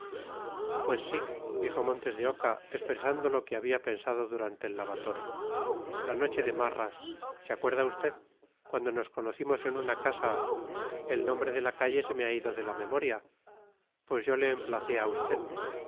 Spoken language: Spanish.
pues sí dijo montes de oca expresando lo que había pensado durante el lavatorio la noche de marras se acuerda usted cuando nos conocimos en una casa el nombre de la calle se me ha ido de la memoria pues yo le emplacé a usted